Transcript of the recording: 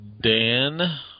Dan